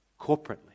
corporately